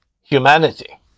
humanity